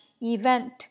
event